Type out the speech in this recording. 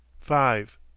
Five